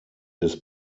des